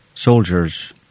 Soldiers